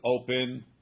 open